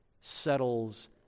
settles